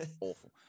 Awful